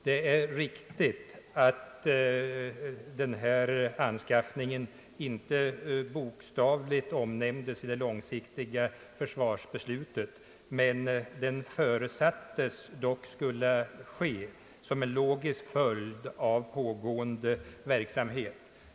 Det är riktigt att anskaffningen inte bokstavligen omnämndes i det långsiktiga försvarsbeslutet, men det förutsattes att den skulle ske som en logisk följd av pågående verksamhet.